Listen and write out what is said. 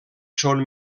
són